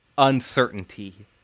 uncertainty